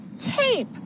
tape